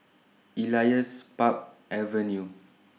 Elias Park Avenue